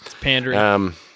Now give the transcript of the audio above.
pandering